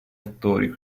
attori